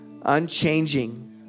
Unchanging